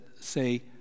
say